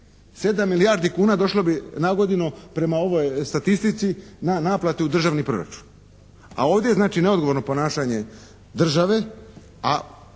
7 milijardi kuna došlo bi nagodinu prema ovoj statistici na naplatu u državni proračun. A ovdje, znači neodgovorno ponašanje države,